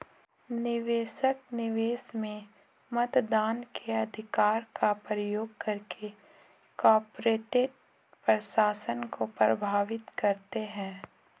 निवेशक, निवेश में मतदान के अधिकार का प्रयोग करके कॉर्पोरेट प्रशासन को प्रभावित करते है